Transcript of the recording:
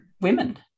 women